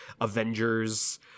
avengers